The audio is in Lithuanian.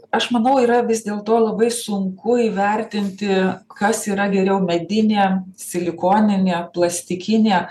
aš manau yra vis dėlto labai sunku įvertinti kas yra geriau medinė silikoninė plastikinė